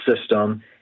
system